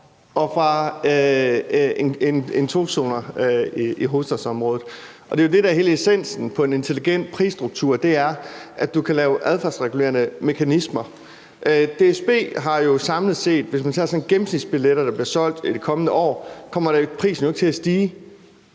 og mellem to zoner i hovedstadsområdet. Det, der er hele essensen i en intelligent prisstruktur, er jo, at du kan lave adfærdsregulerende mekanismer. Hvis man tager sådan en gennemsnitsbillet fra DSB, der bliver solgt i det kommende år, kommer prisen, når du kører